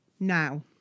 Now